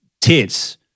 tits